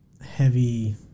heavy